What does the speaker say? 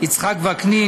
יצחק וקנין,